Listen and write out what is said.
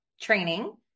training